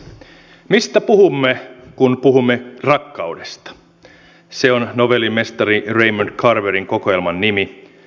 mistä puhumme kun puhumme rakkaudesta on novellin mestari raymond carverin kokoelman nimi